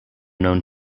known